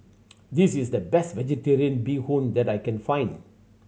this is the best Vegetarian Bee Hoon that I can find